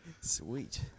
Sweet